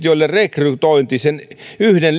joille rekrytointi sen yhden